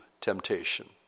temptation